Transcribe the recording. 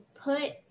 put